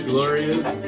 glorious